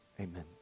amen